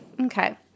Okay